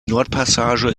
nordpassage